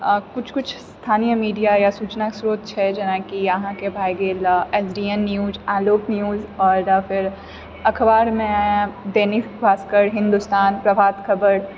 कुछ कुछ स्थानीय मीडिया या सूचना श्रोत छै जेनाकि अहाँके भए गेल S D N news Alok news आओर फेर अखबारमे दैनिक भास्कर हिन्दुस्तान प्रभात खबर